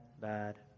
bad